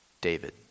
David